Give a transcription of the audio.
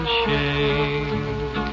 shame